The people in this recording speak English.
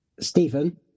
Stephen